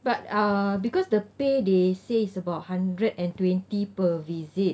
but uh because the pay they say it's about hundred and twenty per visit